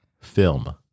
film